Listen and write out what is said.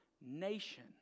nation